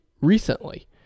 recently